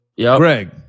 Greg